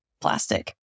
plastic